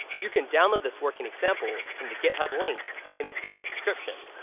you can download this working example from the github link in this video subscription.